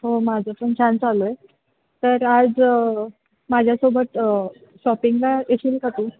हो माझं पण छान चालू आहे तर आज माझ्यासोबत शॉपिंगला येशील का तू